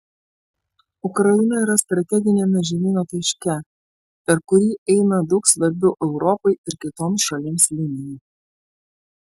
ukraina yra strateginiame žemyno taške per kurį eina daug svarbių europai ir kitoms šalims linijų